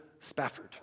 Spafford